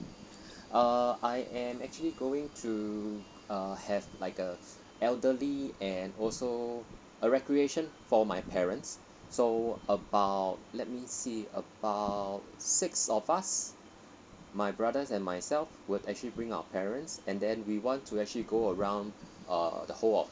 uh I am actually going to err have like a elderly and also a recreation for my parents so about let me see about six of us my brothers and myself will actually bring our parents and then we want to actually go around uh the whole of